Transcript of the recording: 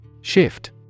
Shift